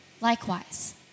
Likewise